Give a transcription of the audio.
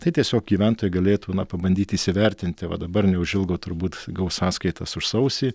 tai tiesiog gyventojai galėtų pabandyti įsivertinti va dabar neužilgo turbūt gaus sąskaitas už sausį